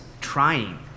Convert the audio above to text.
trying